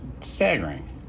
staggering